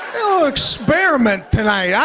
experiment tonight. yeah